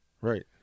Right